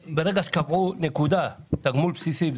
המוצא שקבעו לתגמול הבסיסי,